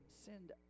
send